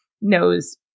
knows